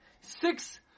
Six